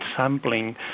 sampling